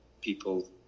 people